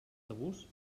tabús